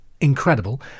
Incredible